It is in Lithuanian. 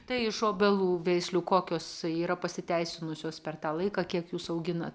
tai iš obelų veislių kokios yra pasiteisinusios per tą laiką kiek jūs auginat